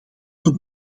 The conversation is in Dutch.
ten